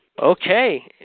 Okay